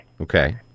Okay